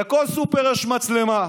בכל סופר יש מצלמה,